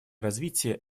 развитие